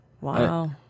Wow